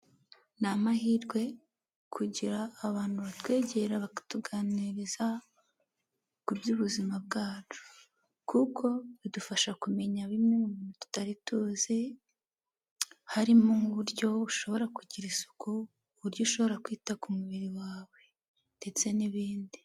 Ni amahirwe kugira abantu batwegera bakatuganiriza ku by'ubuzima bwacu, kuko bidufasha kumenya bimwe mu bintu tutari tuzi harimo n'uburyo ushobora kugira isuku, uburyo ushobora kwita ku mubiri wawe ndetse n'ibindi.